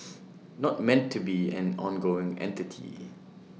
not meant to be an ongoing entity